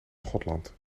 schotland